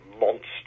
monster